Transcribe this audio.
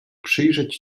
przyjrzeć